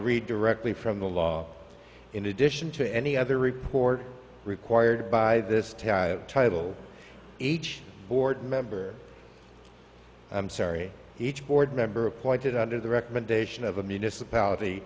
read directly from the law in addition to any other report required by this title each board member i'm sorry each board member appointed under the recommendation of a municipality